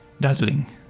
Dazzling